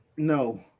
No